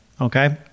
Okay